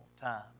time